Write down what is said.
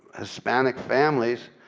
hispanic families